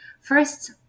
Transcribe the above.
First